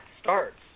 starts